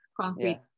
concrete